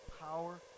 power